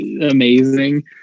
amazing